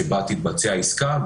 שבה תתבצע עסקה,